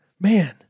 man